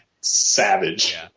savage